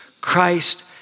Christ